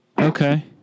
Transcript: Okay